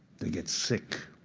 they get sick.